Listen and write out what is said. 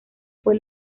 fue